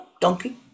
donkey